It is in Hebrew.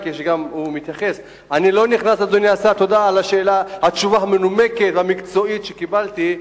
תודה על התשובה המנומקת והמקצועית שקיבלתי,